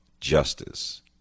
Justice